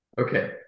Okay